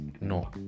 no